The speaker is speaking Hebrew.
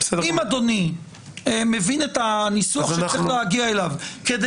אם אדוני מבין את הניסוח שצריך להגיע אליו כדי